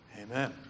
Amen